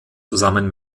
zusammen